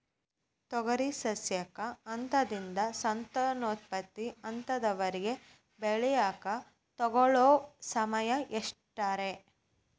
ತೊಗರಿ ಸಸ್ಯಕ ಹಂತದಿಂದ, ಸಂತಾನೋತ್ಪತ್ತಿ ಹಂತದವರೆಗ ಬೆಳೆಯಾಕ ತಗೊಳ್ಳೋ ಸಮಯ ಎಷ್ಟರೇ?